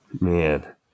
Man